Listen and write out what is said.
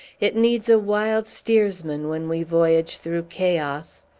it needs a wild steersman when we voyage through chaos!